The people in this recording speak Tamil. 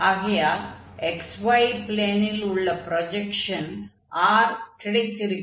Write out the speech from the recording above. ஆகையால் xy ப்ளேனில் உள்ள ப்ரொஜக்ஷனில் R கிடைத்திருக்கிறது